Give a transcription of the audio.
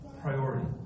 priority